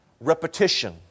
repetition